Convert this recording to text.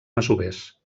masovers